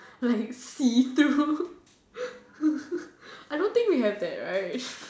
like see through I don't think we have that right